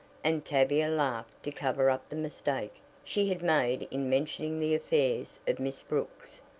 and tavia laughed to cover up the mistake she had made in mentioning the affairs of miss brooks.